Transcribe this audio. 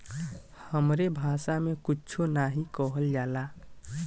हमरे भासा मे कुच्छो नाहीं कहल जाला